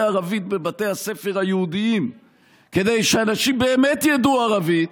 ערבית בבתי הספר היהודיים כדי שאנשים באמת ידעו ערבית,